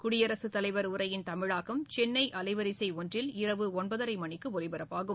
குடியரசுத் தலைவர் உரையின் தமிழாக்கம் சென்னை அலைவரிசை ஒன்றில் இரவு ஒன்பதரை மணிக்கு ஒலிப்பரப்பாகும்